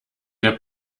der